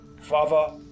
Father